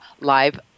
live